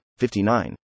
59